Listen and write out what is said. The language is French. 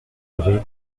aveu